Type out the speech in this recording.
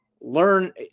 learn